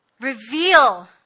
Reveal